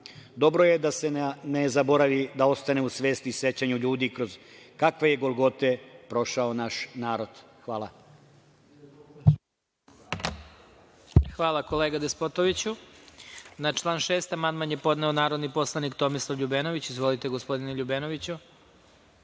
Dobro je da se ne zaboravi, da ostane u svesti i sećanju ljudi kroz kakve je golgote prošao naš narod. Hvala. **Vladimir Marinković** Hvala. Na član 6. amandman je podneo narodni poslanik Tomislav Ljubenović. Izvolite. **Tomislav Ljubenović**